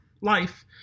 life